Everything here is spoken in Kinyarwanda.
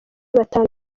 batanu